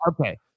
Okay